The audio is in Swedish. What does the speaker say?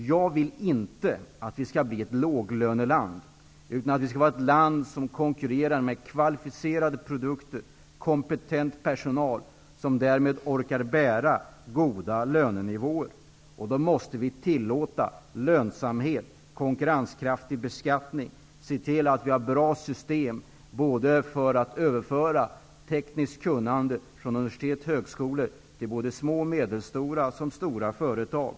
Jag vill inte att Sverige skall bli ett låglöneland. Sverige skall vara ett land som konkurrerar med kvalificerade produkter och kompetent personal. Därmed orkar näringslivet bära goda lönenivåer. Vi måste tillåta lönsamhet och ha en konkurrenskraftig beskattning. Vi måste se till att vi har bra system för att överföra tekniskt kunnande från universitet och högskolor till små, medelstora och stora företag.